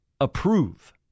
approve